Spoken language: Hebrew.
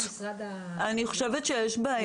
אני חושבת שיש בעיה